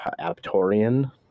Aptorian